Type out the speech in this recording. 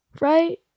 right